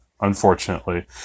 unfortunately